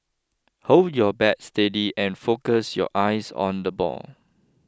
hold your bat steady and focus your eyes on the ball